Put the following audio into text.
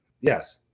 Yes